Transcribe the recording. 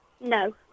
No